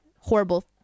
horrible